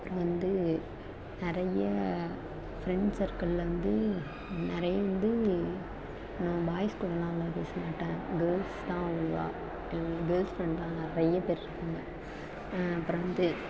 அப்புறம் வந்து நிறைய ஃப்ரெண்ட்ஸ் சர்க்கிள்லேருந்து நிறைய வந்து பாய்ஸ் கூடலாம் அவ்வளவா பேசமாட்டேன் கேள்ஸ் தான் அவ்வளவா எனக்கு கேள்ஸ் ஃப்ரெண்ட் தான் நிறைய பேர் இருக்காங்க அப்புறம் வந்து